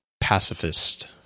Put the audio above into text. pacifist